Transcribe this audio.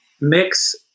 mix